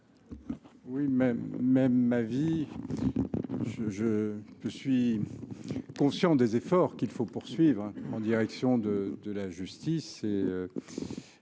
la commission. Je suis conscient des efforts qu’il faut poursuivre en direction de la justice.